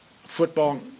football